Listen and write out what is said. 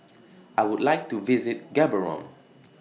I Would like to visit Gaborone